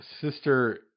sister